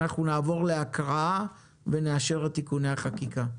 אנחנו נעבור להקראה ונאשר את תיקוני החקיקה.